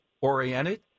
oriented